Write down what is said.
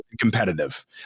competitive